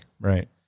Right